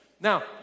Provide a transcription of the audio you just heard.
Now